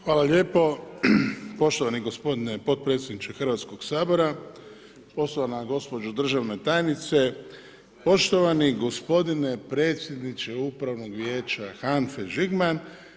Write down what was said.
Hvala lijepo poštovani gospodine potpredsjedniče Hrvatskoga sabora, poštovana gospođo državna tajnice, poštovani gospodine predsjedniče upravnog vijeća HANF-e Žigman.